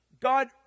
God